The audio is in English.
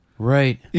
Right